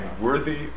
worthy